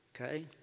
Okay